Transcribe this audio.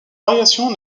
variations